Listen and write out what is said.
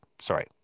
Sorry